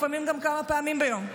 לפעמים גם כמה פעמים ביום.